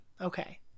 Okay